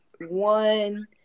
one